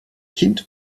kind